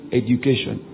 education